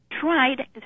tried